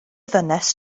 ddynes